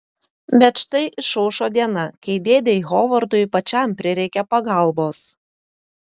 bet štai išaušo diena kai dėdei hovardui pačiam prireikia pagalbos